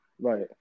Right